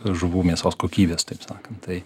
žuvų mėsos kokybės taip sakant tai